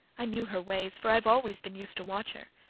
i knew her ways, for i've always been used to watch her.